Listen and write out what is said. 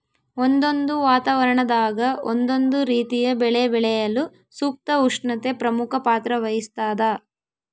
ಒಂದೊಂದು ವಾತಾವರಣದಾಗ ಒಂದೊಂದು ರೀತಿಯ ಬೆಳೆ ಬೆಳೆಯಲು ಸೂಕ್ತ ಉಷ್ಣತೆ ಪ್ರಮುಖ ಪಾತ್ರ ವಹಿಸ್ತಾದ